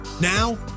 Now